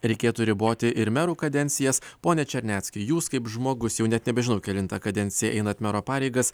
reikėtų riboti ir merų kadencijas pone černecki jūs kaip žmogus jau net nebežinau kelintą kadenciją einat mero pareigas